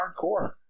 hardcore